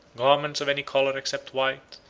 garments of any color except white,